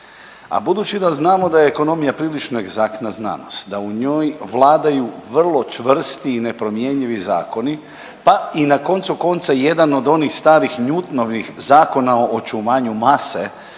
A budući da znamo da je ekonomija prilično egzaktna znanost, da u njoj vladaju vrlo čvrsti i nepromjenjivi zakoni, pa i na koncu konca jedan od onih starih Newtonovih zakona o očuvanju mase.